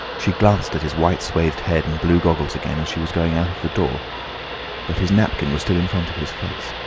she glanced at his white-swathed head and blue goggles again as she was going out of the door but his napkin was still in front of his face.